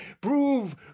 prove